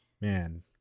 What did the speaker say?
Man